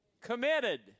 committed